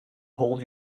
hold